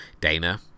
Dana